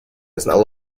знал